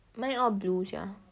mine all blue sia